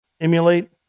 Emulate